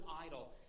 idol